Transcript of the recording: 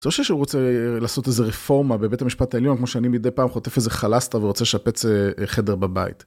זה לא שהוא רוצה לעשות איזה רפורמה בבית המשפט העליון כמו שאני מדי פעם חוטף איזה חלסטרה ורוצה לשפץ חדר בבית.